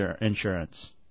insurance